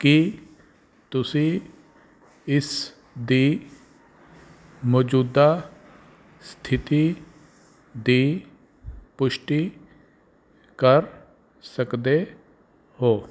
ਕੀ ਤੁਸੀਂ ਇਸ ਦੀ ਮੌਜੂਦਾ ਸਥਿਤੀ ਦੀ ਪੁਸ਼ਟੀ ਕਰ ਸਕਦੇ ਹੋ